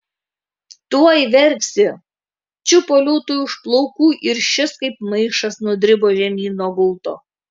tuoj verksi čiupo liūtui už plaukų ir šis kaip maišas nudribo žemyn nuo gulto